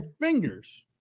fingers